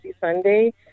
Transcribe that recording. Sunday